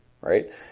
right